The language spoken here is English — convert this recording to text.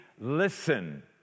listen